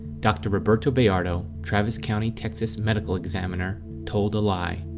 doctor roberto bayardo travis county, texas, medical examiner told a lie.